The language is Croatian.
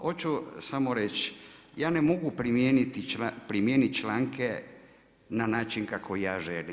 Hoću samo reći, ja ne mogu primijeniti članke na način kako ja želim.